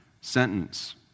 sentence